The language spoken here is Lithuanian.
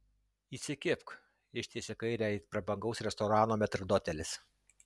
įsikibk ištiesia kairę it prabangaus restorano metrdotelis